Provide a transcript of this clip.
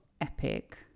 epic